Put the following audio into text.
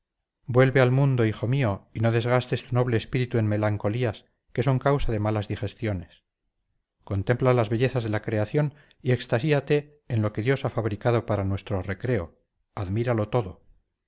vuelve al mundo hijo mío y no desgastes tu noble espíritu en melancolías que son causa de malas digestiones contempla las bellezas de la creación y extasíate en lo que dios ha fabricado para nuestro recreo admíralo todo